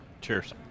Cheers